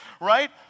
Right